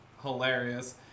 hilarious